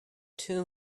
two